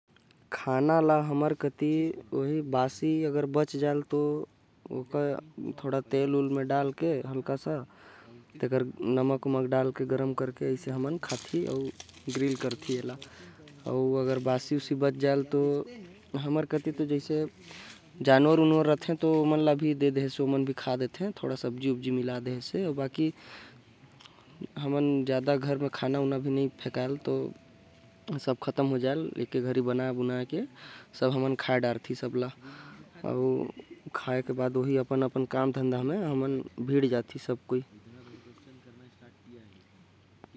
खाना के ग्रिल करे के बहुत तरीका हवे जैसे कि लकड़ी बिजली। कोयला अउ गैस मन के सहायता से कोईयो खाना ला ग्रिल कर सकत हवे। लेकिन अगर सुरक्षित तरीके से करना होही तो। लकड़ी के इस्तेमाल करा जेकर म खतरा कम होथे।